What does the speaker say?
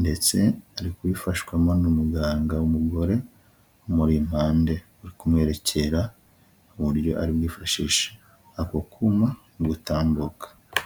ndetse ari kuyifashwamo n'umuganga w'umugore umuri impande ari kumwerekera buryo ari bwifashishe ako kuma ari gutambuka.